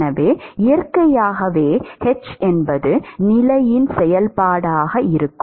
எனவே இயற்கையாகவே h என்பது நிலையின் செயல்பாடாக இருக்கும்